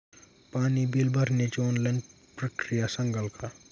पाणी बिल भरण्याची ऑनलाईन प्रक्रिया सांगाल का?